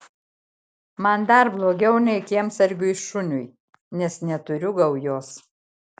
man dar blogiau nei kiemsargiui šuniui nes neturiu gaujos